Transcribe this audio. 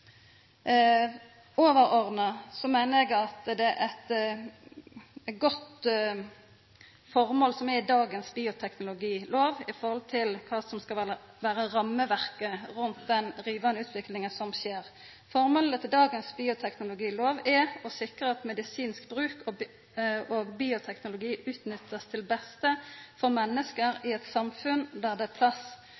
Overordna meiner eg at formålet til dagens bioteknologilov er godt i forhold til kva som skal vera rammeverket rundt den rivande utviklinga som skjer. Formålet til dagens bioteknologilov er å sikra at medisinsk bruk og bioteknologi blir utnytta til beste for menneske